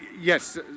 yes